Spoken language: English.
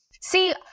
see